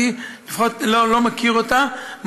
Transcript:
אני, לפחות, לא מכיר אותה.